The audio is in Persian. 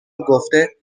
گفته